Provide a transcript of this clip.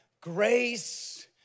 Grace